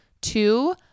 Two